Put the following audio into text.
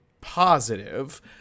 positive